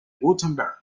wurtemberg